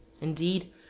indeed,